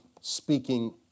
speaking